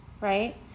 right